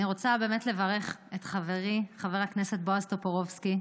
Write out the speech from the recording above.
אני רוצה באמת לברך את חברי חבר הכנסת בועז טופורובסקי,